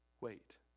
Wait